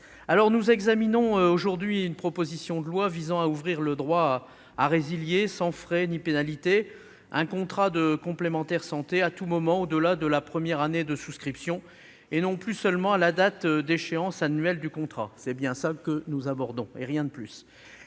Nous examinons aujourd'hui une proposition de loi visant à ouvrir le droit à résilier, sans frais ni pénalité, un contrat de complémentaire santé à tout moment, au-delà de la première année de souscription, et non plus seulement à la date d'échéance annuelle du contrat. Rien de plus ! Avant d'aborder le